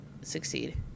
succeed